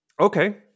Okay